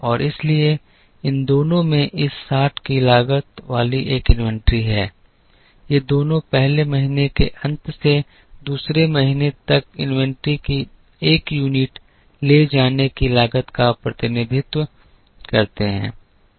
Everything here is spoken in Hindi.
और इसलिए इन दोनों में इस 60 की लागत वाली एक इन्वेंट्री है ये दोनों पहले महीने के अंत से दूसरे महीने तक इन्वेंट्री की एक यूनिट ले जाने की लागत का प्रतिनिधित्व करते हैं